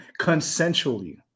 Consensually